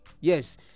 yes